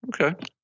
Okay